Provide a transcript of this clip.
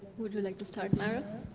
would you like to start, mara?